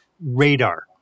radar